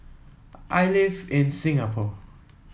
I live in Singapore